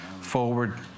forward